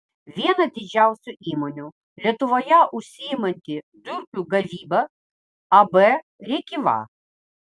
viena didžiausių įmonių lietuvoje užsiimanti durpių gavyba ab rėkyva